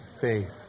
faith